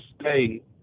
stay